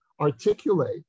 articulate